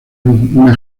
una